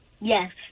Yes